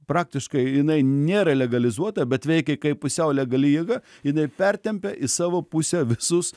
praktiškai jinai nėra legalizuota bet veikė kaip pusiau legali jėga jinai pertempė į savo pusę visus